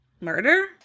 Murder